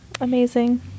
Amazing